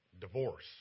Divorce